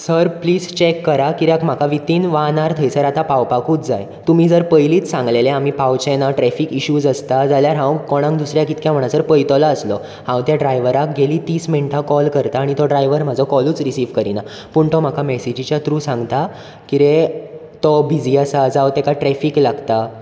sir please check करात कित्याक म्हाका विथीन वन अवर थंयसर आतां पावपाकूच जाय तुमी जर पयलींच सांगलेलें आमी पावचे ना ट्रेफीक इशूज आसता जाल्यार हांव कोणांक दुसऱ्याक इतले म्हणसर पळयतलो आसलो हांव त्या ड्रायवराक गेलीं तीस मिनटां कॉल करतां आनी तो ड्रायवर म्हाजो कॉलूच रिसीव करीना पूण तो म्हाका मॅसेजिच्या थ्रू सांगता कितें तो बिजी आसा जांव तेका ट्रेफीक लागता